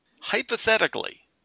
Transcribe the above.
hypothetically